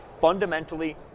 fundamentally